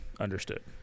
Understood